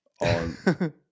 on